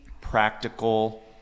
practical